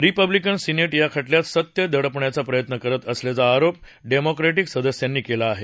Republican senate या खटल्यात सत्य दडपण्याचा प्रयत्न करत असल्याचा आरोप डेमोक्रडिक सदस्यांनी केला आहे